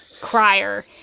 crier